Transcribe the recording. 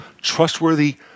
trustworthy